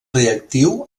reactiu